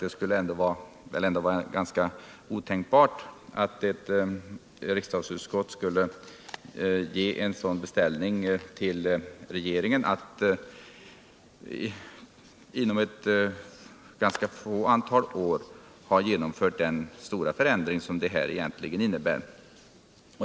Det skulle väl ändå vara ganska otänkbart, att ett riksdagsutskott skulle ge fögeringen en beställning, innebärande att man inom ganska få år skall genoriföra den stora förändring som motionens förslag egentligen innebär.